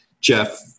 Jeff